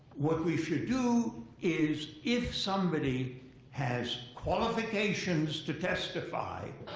what we should do is if somebody has qualifications to testify,